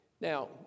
Now